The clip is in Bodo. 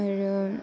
आरो